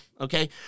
okay